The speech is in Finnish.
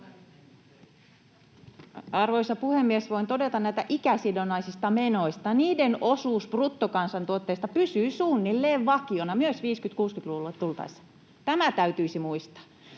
Arvoisa puhemies! Voin todeta näistä ikäsidonnaisista menoista: niiden osuus bruttokansantuotteesta pysyi suunnilleen vakiona myös 50—60-luvulle tultaessa. Tämä täytyisi muistaa.